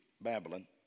Babylon